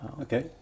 Okay